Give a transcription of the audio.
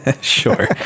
Sure